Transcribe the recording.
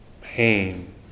pain